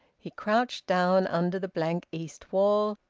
he crouched down under the blank east wall,